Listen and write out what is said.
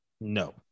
No